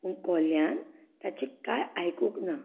पूण कोल्यान ताचें कांय आयकूंक ना